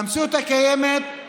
במציאות הקיימת,